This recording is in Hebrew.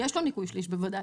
יש לו ניכוי שליש, בוודאי.